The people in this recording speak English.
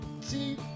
see